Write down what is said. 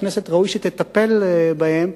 והכנסת ראוי שתטפל בהם,